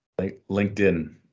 LinkedIn